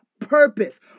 purpose